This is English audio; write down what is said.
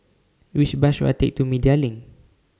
Which Bus should I Take to Media LINK